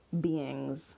beings